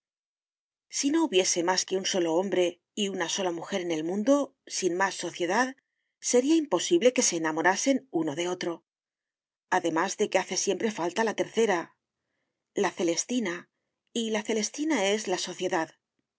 si no hubiese más que un solo hombre y una sola mujer en el mundo sin más sociedad sería imposible que se enamorasen uno de otro además de que hace siempre falta la tercera la celestina y la celestina es la